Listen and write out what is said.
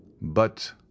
But